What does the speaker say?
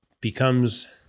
becomes